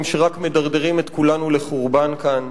שרק מדרדרים את כולנו לחורבן כאן,